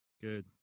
good